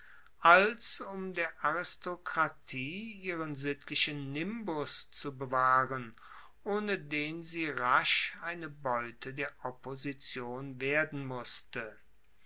als um der aristokratie ihren sittlichen nimbus zu bewahren ohne den sie rasch eine beute der opposition werden musste